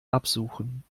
absuchen